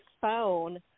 phone